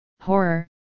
horror